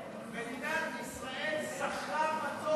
סאלח, סאלח, להפך,